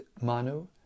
Manu